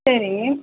சரி